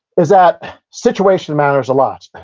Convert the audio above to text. is that situation matters a lot,